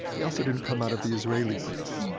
they also didn't come out of the israeli press.